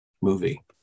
movie